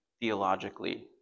theologically